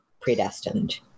predestined